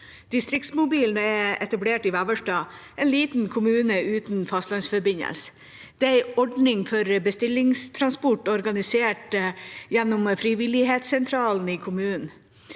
Distriktsmobilen er etablert i Vevelstad, en liten kommune uten fastlandsforbindelse. Det er en ordning for bestillingstransport, organisert gjennom frivillig hetssentralen i kommunen.